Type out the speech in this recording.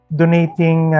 donating